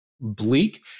bleak